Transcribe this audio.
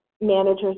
managers